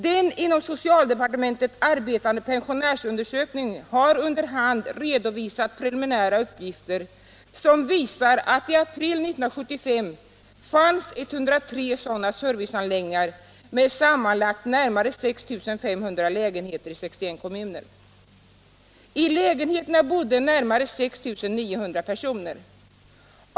Den inom socialdepartementet arbetande pensionärsundersökningen har under hand redovisat preliminära uppgifter som visar att i april 1975 fanns 103 sådana serviceanläggningar med sammanlagt närmare 6 500 lägenheter i 61 kommuner. I lägenheterna bodde närmare 6 900 personer.